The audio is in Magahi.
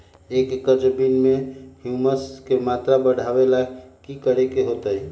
एक एकड़ जमीन में ह्यूमस के मात्रा बढ़ावे ला की करे के होतई?